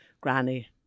Granny